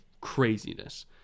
craziness